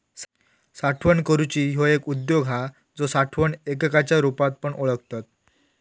साठवण करूची ह्यो एक उद्योग हा जो साठवण एककाच्या रुपात पण ओळखतत